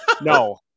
No